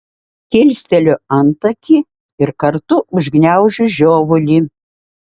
kilsteliu antakį ir kartu užgniaužiu žiovulį